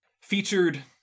featured